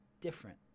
different